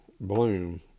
Bloom